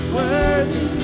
worthy